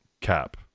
cap